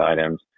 items